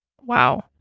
Wow